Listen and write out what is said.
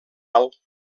alt